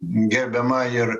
gerbiama ir